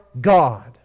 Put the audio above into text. God